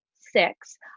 six